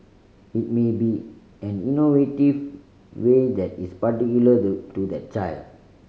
it may be an innovative way that is particular the to that child